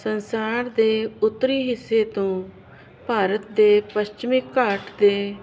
ਸੰਸਾਰ ਦੇ ਉੱਤਰੀ ਹਿੱਸੇ ਤੋਂ ਭਾਰਤ ਦੇ ਪੱਛਮੀ ਘਾਟ ਦੇ